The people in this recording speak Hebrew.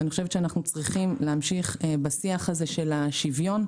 אני חושבת שאנו צריכים להמשיך בשיח של השוויון,